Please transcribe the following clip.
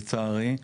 לצערי,